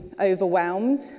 overwhelmed